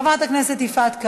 חברת הכנסת יפעת קריב,